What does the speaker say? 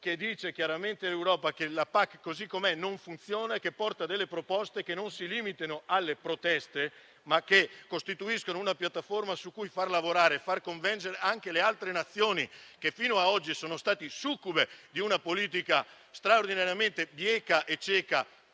che la politica agricola comune (PAC) così com'è non funziona e che porta delle proposte che non si limitano alle proteste, ma che costituiscono una piattaforma su cui far lavorare e far convergere anche altri Paesi che fino a oggi sono stati succubi di una politica straordinariamente bieca e cieca,